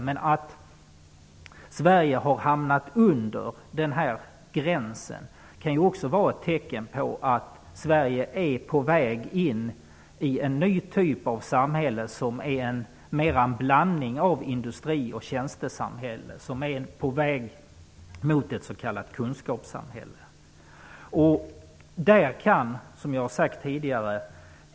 Men att Sverige hamnat under denna gräns kan också vara ett tecken på att Sverige är på väg in i en ny typ av samhälle, som är mer en blandning av ett industri och tjänstesamhälle, och som är på väg mot ett s.k. kunskapssamhälle.